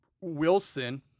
Wilson